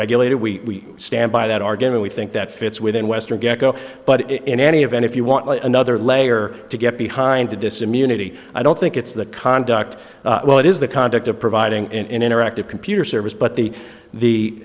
regulated we stand by that argument we think that fits within western gekko but in any event if you want another layer to get behind this immunity i don't think it's the conduct well it is the conduct of providing interactive computer service but the the